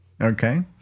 Okay